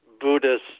Buddhist